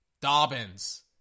Dobbins